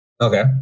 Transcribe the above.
Okay